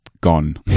gone